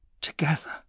together